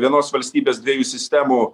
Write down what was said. vienos valstybės dviejų sistemų